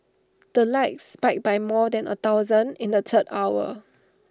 the likes spiked by more than A thousand in the third hour